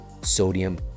Sodium